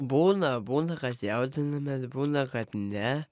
būna būna kad jaudinamės būna kad ne